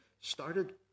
started